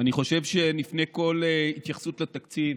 אני חושב שלפני כל התייחסות לתקציב